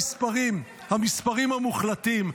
אלה המספרים, המספרים המוחלטים.